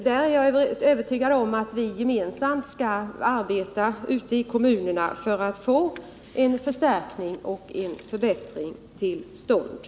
Jag är övertygad om att vi gemensamt ute i kommunerna skall arbeta för att få till stånd en förbättring och en förstärkning.